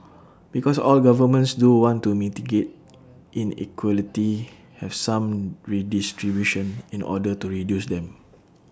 because all governments do want to mitigate inequality have some redistribution in order to reduce them